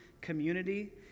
community